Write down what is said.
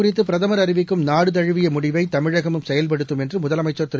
குறித்துபிரதம் அறிவிக்கும்நாடுதழுவியமுடிவைதமிழகமும் செயல்படுத்தம் உரரடங்கு என்றுமுதலமைச்சா் திரு